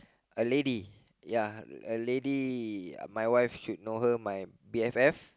a lady ya a lady my wife should know her my B_F_F